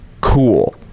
cool